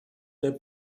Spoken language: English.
their